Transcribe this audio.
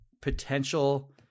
potential